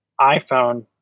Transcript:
iPhone